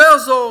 לא יעזור.